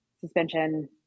suspension